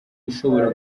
ishobora